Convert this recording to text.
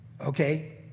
Okay